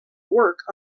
work